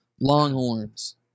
longhorns